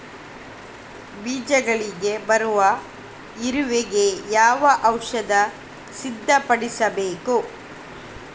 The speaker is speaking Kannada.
ಬೀಜಗಳಿಗೆ ಬರುವ ಇರುವೆ ಗೆ ಯಾವ ಔಷಧ ಸಿಂಪಡಿಸಬೇಕು?